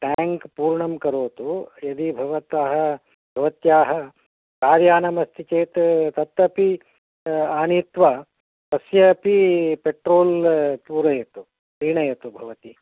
tank पूर्णं करोतु यदि भवतः भवत्याः कार्यानम् अस्ति चेत् तदपि आनीत्वा तस्यापि पेट्रोल् पूरयतु क्रीणातु भवति